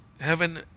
heaven